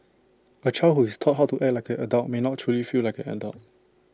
A child who is taught how to act like an adult may not truly feel like an adult